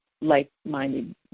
like-minded